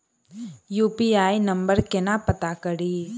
UPI number केना पत्ता कड़ी?